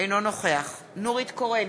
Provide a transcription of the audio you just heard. אינו נוכח נורית קורן,